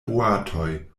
boatoj